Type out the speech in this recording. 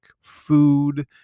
food